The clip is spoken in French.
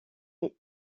est